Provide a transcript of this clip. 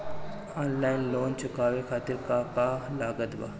Online loan चुकावे खातिर का का लागत बा?